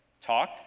talk